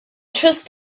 trust